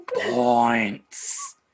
Points